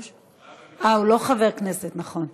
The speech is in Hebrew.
גברתי היושבת-ראש, חברי חברי הכנסת, ככלל,